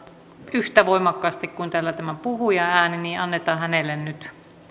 yhtä voimakkaasti kuin puhujan ääni annetaan puhujalle nyt